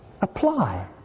apply